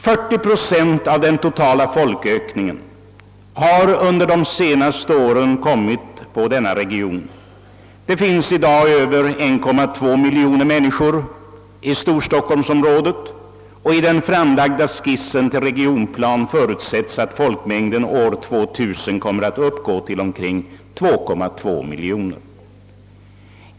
40 procent av den totala folkökningen har under de senaste åren kommit på denna region. Det finns i dag över 1,2 miljon människor i storstockholmsområdet, och i den framlagda skissen till regionplan förutsätts att folkmängden år 2000 kommer att uppgå till 2,2 miljoner.